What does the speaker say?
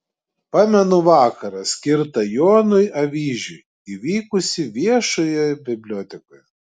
pamenu vakarą skirtą jonui avyžiui įvykusį viešojoje bibliotekoje